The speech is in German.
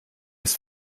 des